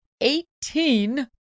Eighteen